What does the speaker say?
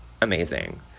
amazing